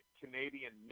Canadian